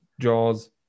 jaws